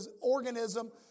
organism